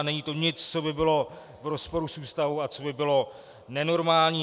Není to nic, co by bylo v rozporu s Ústavou a co by bylo nenormální.